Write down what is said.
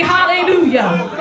Hallelujah